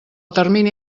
termini